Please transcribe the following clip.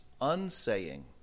unsaying